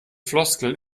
floskeln